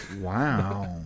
wow